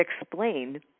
explain